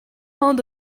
ond